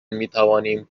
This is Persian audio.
میتوانیم